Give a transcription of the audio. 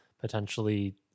potentially